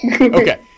Okay